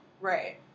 Right